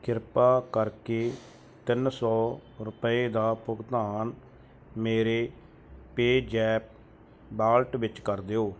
ਕਿਰਪਾ ਕਰਕੇ ਤਿੰਨ ਸੌ ਰੁਪਏ ਦਾ ਭੁਗਤਾਨ ਮੇਰੇ ਪੇਜੈਪ ਵਾਲਟ ਵਿੱਚ ਕਰ ਦਿਓ